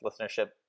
listenership